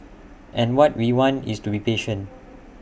and what we want is to be patient